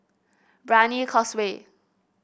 Brani Causeway